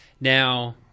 Now